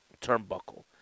turnbuckle